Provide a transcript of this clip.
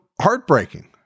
heartbreaking